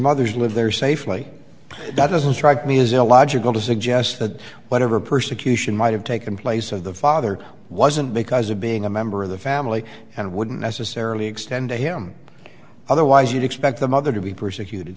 mother's live there safely doesn't strike me as illogical to suggest that whatever persecution might have taken place of the father wasn't because of being a member of the family and wouldn't necessarily extend to him otherwise you'd expect the mother to be persecuted